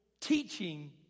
teaching